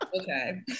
Okay